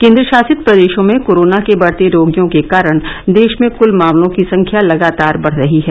केंद्र शासित प्रदेशों में कोरोना के बढते रोगियों के कारण देश में क्ल मामलों की संख्या लगातार बढ रही है